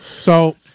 So-